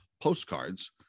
postcards